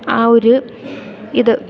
ആ ഒരു ഇത്